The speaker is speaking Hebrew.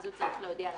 הוא צריך להודיע לנש"פ,